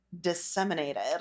disseminated